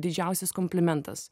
didžiausias komplimentas